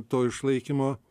to išlaikymo